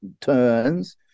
turns